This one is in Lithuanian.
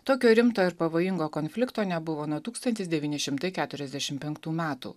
tokio rimto ir pavojingo konflikto nebuvo nuo tūkstantis devyni šimtai keturiasdešim penktų metų